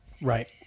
Right